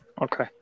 Okay